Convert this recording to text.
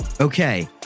okay